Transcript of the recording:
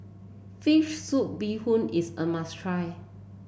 fish soup Bee Hoon is a must try